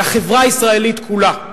לחברה הישראלית כולה.